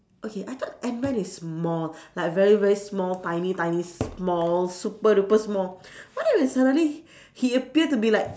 okay I thought ant man is small like very very small tiny tiny small super duper small what if he suddenly he appear to be like